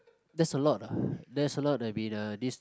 that's a lot ah that's a lot that been uh this